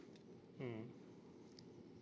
mm